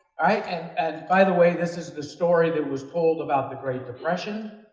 and and by the way, this is the story that was told about the great depression,